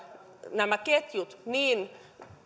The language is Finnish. nämä ketjut niin